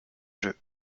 jeu